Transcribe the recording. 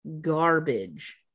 garbage